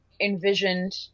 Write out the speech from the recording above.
envisioned